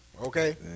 Okay